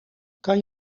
kan